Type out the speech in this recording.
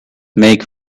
make